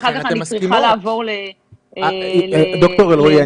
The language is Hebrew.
ואחר כך אני צריכה לעבור --- ד"ר אלרעי,